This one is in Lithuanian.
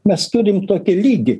mes turim tokį lygį